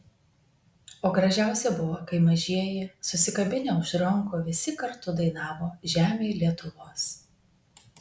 o gražiausia buvo kai mažieji susikabinę už rankų visi kartu dainavo žemėj lietuvos